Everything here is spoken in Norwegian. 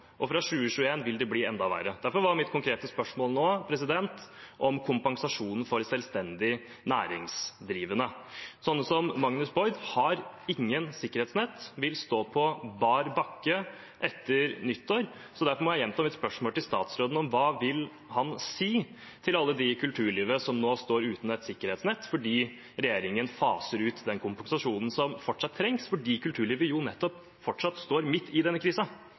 og fra 2021 vil det bli enda verre. Derfor var mitt konkrete spørsmål nå om kompensasjonen for selvstendig næringsdrivende. Slike som Magnus Boyd har ingen sikkerhetsnett og vil stå på bar bakke etter nyttår. Derfor må jeg gjenta mitt spørsmål til statsråden: Hva vil han si til alle dem i kulturlivet som nå står uten et sikkerhetsnett fordi regjeringen faser ut den kompensasjonen som fortsatt trengs, fordi kulturlivet jo fortsatt står midt i denne